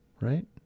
right